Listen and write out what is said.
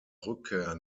rückkehr